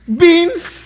beans